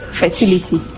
fertility